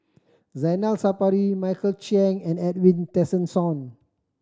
Zainal Sapari Michael Chiang and Edwin Tessensohn